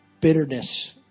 bitterness